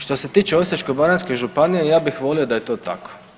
Što se tiče Osječko-baranjske županije ja bih volio da je to tako.